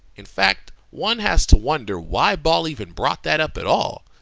in fact, one has to wonder why ball even brought that up at all.